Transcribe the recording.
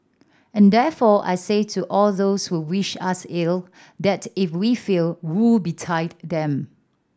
and therefore I say to all those who wish us ill that if we fail woe betide them